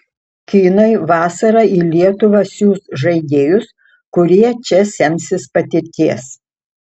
kinai vasarą į lietuvą siųs žaidėjus kurie čia semsis patirties